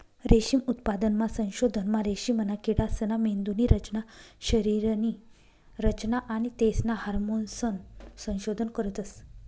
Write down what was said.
रेशीम उत्पादनना संशोधनमा रेशीमना किडासना मेंदुनी रचना, शरीरनी रचना आणि तेसना हार्मोन्सनं संशोधन करतस